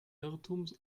irrtums